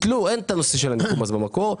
ביטלו ואין את הנושא של הניכוי מס במקור,